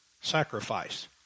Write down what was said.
sacrifice